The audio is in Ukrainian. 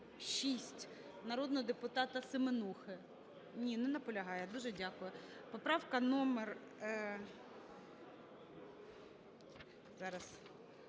народного депутата Семенухи. Ні, не наполягає. Дуже дякую. Поправка номер… Зараз.